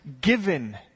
given